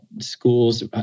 schools